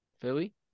Philly